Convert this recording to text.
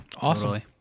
awesome